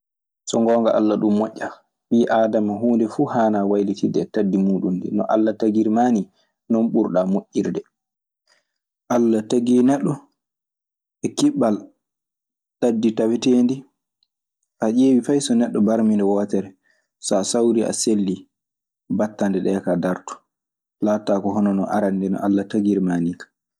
So gonnga alla dum noɗia, ɓi adama hunde fu hanna wayilitinde tabi mu dum no alla tagirmani, dum burɗa mojirde. Alla tagii neɗɗo e kiɓɓal tagdi taweteendi. So a ƴeewii fay so neɗɗo barmii nde wootere. So sawrii a sell, battanɗe ɗee kaa daroto. Laatotaako hono no arannde o Alla tagirmaa nii kaa.